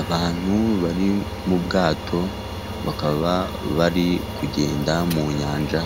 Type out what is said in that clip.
Abantu bari mu bwato bakaba bari kugenda mu nyanja,